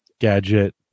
gadget